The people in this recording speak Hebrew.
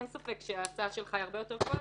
אין ספק שההצעה שלך הרבה יותר קוהרנטית,